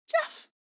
Jeff